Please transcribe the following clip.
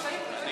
טוב.